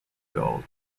gold